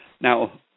now